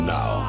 Now